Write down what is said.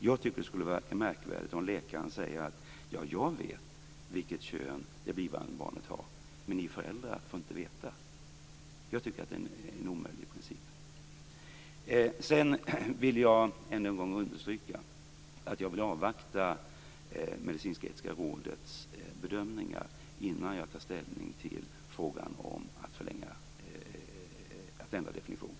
Jag tycker att det skulle vara märkligt om läkaren säger: Jag vet vilket kön som det blivande barnet har, men ni föräldrar får inte veta det. Jag tycker att detta är en omöjligt princip. Jag vill ännu en gång understryka att jag vill avvakta Medicinsk-etiska rådets bedömningar innan jag tar ställning till frågan om att ändra definition.